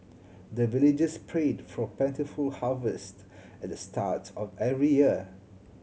the villagers prayed for plentiful harvest at the start of every year